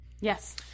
Yes